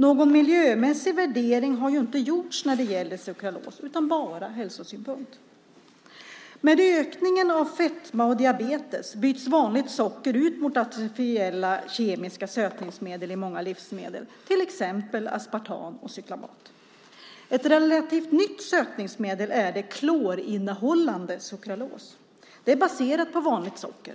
Någon miljömässig värdering har ju inte gjorts när det gäller sukralos utan man har bara värderat ur hälsosynpunkt. Med ökningen av fetma och diabetes byts vanligt socker ut mot artificiella kemiska sötningsmedel i många livsmedel, till exempel aspartam och cyklamat. Ett relativt nytt sötningsmedel är det klorinnehållande sukralos. Det är baserat på vanligt socker,